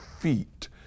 feet